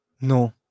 No